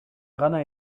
гана